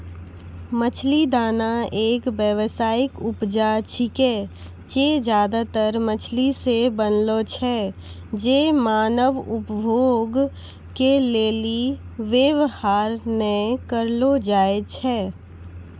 मछली दाना एक व्यावसायिक उपजा छिकै जे ज्यादातर मछली से बनलो छै जे मानव उपभोग के लेली वेवहार नै करलो जाय छै